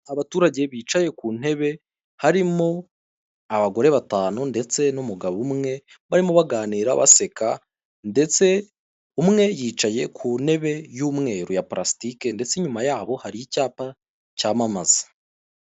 Abaturage bicaye ku ntebe harimo abagore batanu ndetse n'umugabo umwe, barimo baganira baseka ndetse umwe yicaye ku ntebe y'umweru ya pulasitike ndetse inyuma yabo hari icyapa cyamamaza.